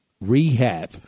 rehab